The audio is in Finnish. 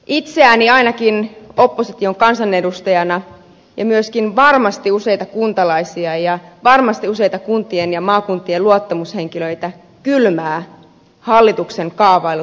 itseäni ainakin opposition kansanedustajana ja myöskin varmasti useita kuntalaisia ja varmasti useita kuntien ja maakuntien luottamushenkilöitä kylmäävät hallituksen kaavaillut kuntauudistukset